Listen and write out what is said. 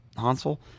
Hansel